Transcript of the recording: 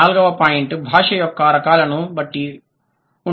నాల్గవ పాయింట్ భాష యొక్క రకాలను బట్టి ఉంటుంది